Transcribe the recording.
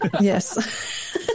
Yes